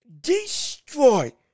destroy